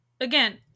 again